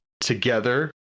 together